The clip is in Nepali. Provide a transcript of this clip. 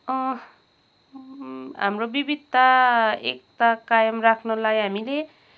हाम्रो विविधता एकता कायम राख्नुलाई हामीले